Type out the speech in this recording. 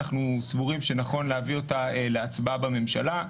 אנחנו סבורים שנכון להביא אותה להצבעה בממשלה.